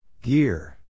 Gear